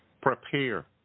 Prepare